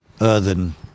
earthen